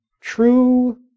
True